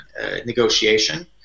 negotiation